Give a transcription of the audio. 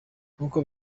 nk’uko